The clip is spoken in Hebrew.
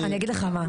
אני אגיד לך מה,